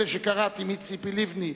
אלה שקראתי מציפי לבני,